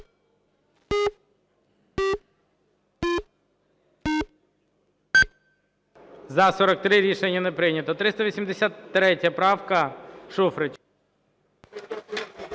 За-43 Рішення не прийнято. 383 правка, Шуфрич.